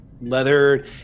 leather